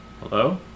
hello